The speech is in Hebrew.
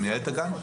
היא מנהלת הגן.